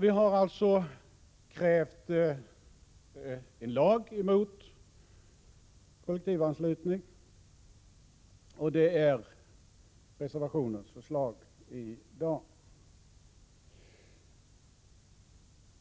Vi har alltså krävt en lag mot kollektivanslutning. Det är reservationens förslag i dag.